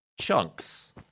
Chunks